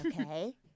okay